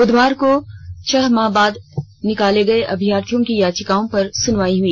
बुधवार को छह माह बाद निकाले गए अभ्यर्थियों की याचिकाओं पर सुनवाई हुई